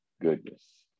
goodness